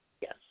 Yes